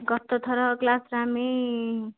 ଗତଥର କ୍ଲାସ୍ରେ ଆମେ